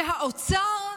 זה האוצר,